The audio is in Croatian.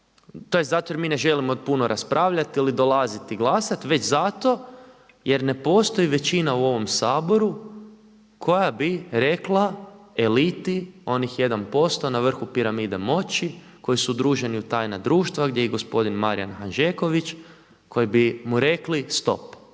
tj. zato jer mi ne želimo puno raspravljati ili dolaziti glasati već zato jer ne postoji većina u ovom Saboru koja bi rekla eliti, onih 1% na vrhu piramide moći, koji su udruženi u tajna društva gdje je i gospodin Marijan Hanžeković koji bi mu rekli stop.